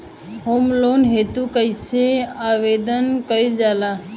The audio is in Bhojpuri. होम लोन हेतु कइसे आवेदन कइल जाला?